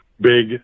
big